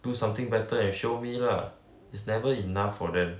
do something better and show me lah it's never enough for them